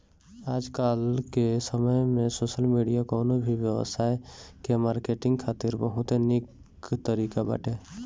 आजकाल के समय में सोशल मीडिया कवनो भी व्यवसाय के मार्केटिंग खातिर बहुते निक तरीका बाटे